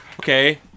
Okay